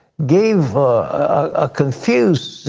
gave a confused